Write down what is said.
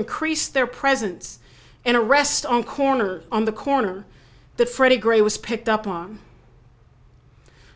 increase their presence and arrest on corner on the corner that freddy gray was picked up on